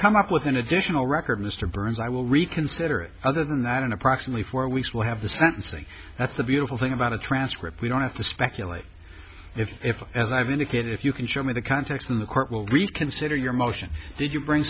come up with an additional record mr burns i will reconsider it other than that in approximately four weeks we'll have the sentencing that's the beautiful thing about a transcript we don't have to speculate if as i've indicated if you can show me the context of the court will reconsider your motion did you bring